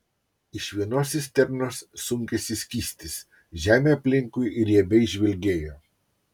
iš vienos cisternos sunkėsi skystis žemė aplinkui riebiai žvilgėjo